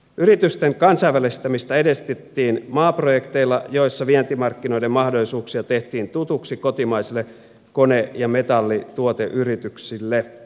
yritysten kansainvälistämistä edistettiin maaprojekteilla joissa vientimarkkinoiden mahdollisuuksia tehtiin tutuksi kotimaisille kone ja metallituoteyrityksille